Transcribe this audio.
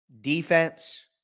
defense